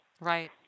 Right